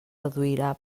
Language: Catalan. reduirà